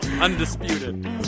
Undisputed